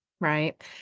Right